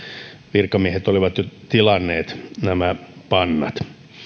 virkamiehet olivat jo tilanneet nämä pannat no